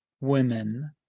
women